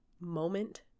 moment